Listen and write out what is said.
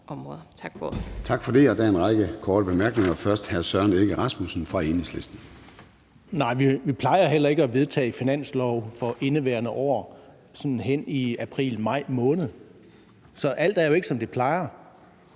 Tak for det.